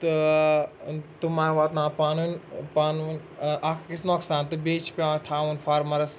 تہٕ ٲں تِم ما واتناوَن پانہٕ وٲنۍ ٲں پانہٕ وٲنۍ اَکھ أکِس نۄقصان تہٕ بیٚیہِ چھِ پیٚوان تھاوُن فارمَرَس